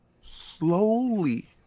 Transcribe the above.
slowly